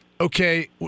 okay